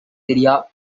area